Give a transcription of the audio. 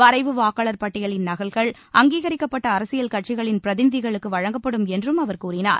வரைவு வாக்காளர் பட்டியலின் நகல்கள் அங்கீகரிக்கப்பட்ட அரசியல் கட்சிகளின் பிரதிநிதிகளுக்கு வழங்கப்படும் என்றும் அவர் கூறினார்